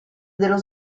dello